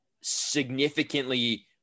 significantly